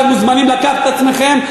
אתם מוזמנים לקחת את עצמכם,